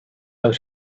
out